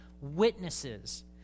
witnesses